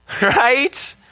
Right